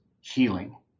healing